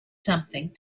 something